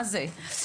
מה זה?